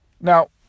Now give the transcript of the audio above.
Now